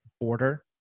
border